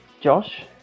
Josh